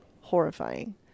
Horrifying